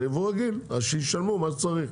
זה יבוא רגיל וישלמו מה שצריך.